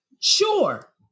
sure